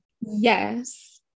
yes